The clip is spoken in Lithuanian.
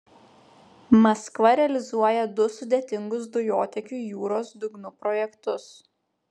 maskva realizuoja du sudėtingus dujotiekių jūros dugnu projektus